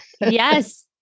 Yes